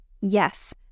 Yes